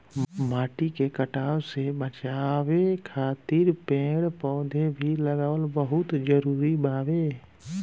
माटी के कटाव से बाचावे खातिर पेड़ पौधा भी लगावल बहुत जरुरी बावे